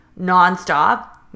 nonstop